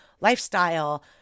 lifestyle